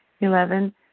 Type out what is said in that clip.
Eleven